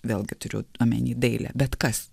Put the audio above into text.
vėlgi turiu omeny dailę bet kas